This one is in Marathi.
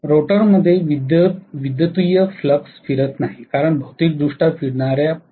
रोटरमध्ये विद्युतीय फ्लक्स फिरत नाही कारण भौतिकदृष्टया फिरणारे पोलमुळे